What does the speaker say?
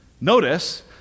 Notice